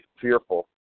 fearful